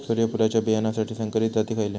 सूर्यफुलाच्या बियानासाठी संकरित जाती खयले?